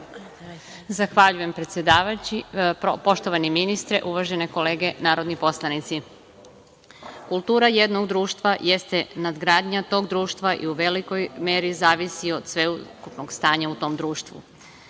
Zahvaljujem, predsedavajući. Poštovani ministre, uvažene kolege narodni poslanici, kultura jednog društva jeste nadgradnja tog društva i u velikoj meri zavisi od sveukupnog stanja u tom društvu.